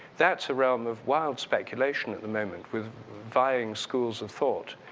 that's a realm of wild speculation at the moment with varying schools of thought.